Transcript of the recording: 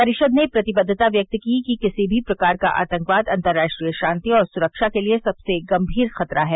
परिषद ने प्रतिबद्वता व्यक्त की कि किसी भी प्रकार का आंतकवाद अंतर्राष्ट्रीय शांति और सुरक्षा के लिए सबसे गंभीर खतरा है